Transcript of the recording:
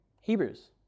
Hebrews